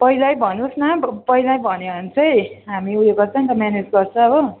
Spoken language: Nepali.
पहिल्यै भन्नुहोस् न पहिल्यै भन्यो भने चाहिँ हामी उयो गर्छ नि त म्यानेज गर्छ हो